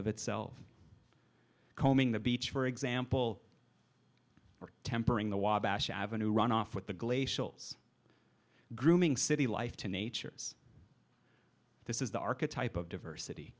of itself combing the beach for example or tempering the wabash avenue runoff with the glacial grooming city life to nature this is the archetype of diversity